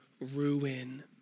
ruin